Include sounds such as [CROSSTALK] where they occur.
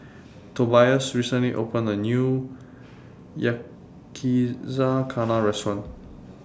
Tobias recently opened A New Yakizakana Restaurant [NOISE]